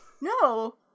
No